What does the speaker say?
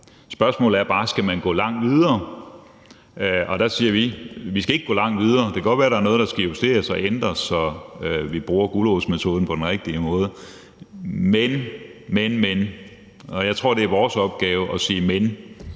Spørgsmålet er bare, om man skal gå langt videre. Og der siger vi, at vi ikke skal gå langt videre. Det kan godt være, at der er noget, der skal justeres og ændres, så vi bruger gulerodsmetoden på den rigtige måde, men, men, men. Jeg tror, det er vores opgave at sige men